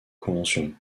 convention